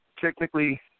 technically